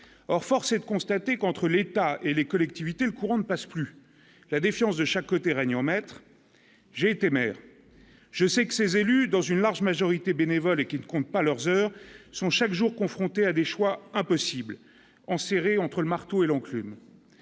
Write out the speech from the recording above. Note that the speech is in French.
or force est de constater qu'entre l'État et les collectivités, le courant ne passe plus la défiance de chaque côté, règnent en maître, j'étais maire, je sais que ces élus dans une large majorité, bénévoles et qui ne comptent pas leurs heures sont chaque jour confrontés à des choix impossibles enserré entre le marteau et l'oncle